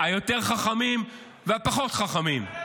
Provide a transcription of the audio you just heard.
היותר-חכמים והפחות-חכמים.